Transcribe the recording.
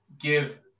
give